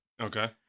Okay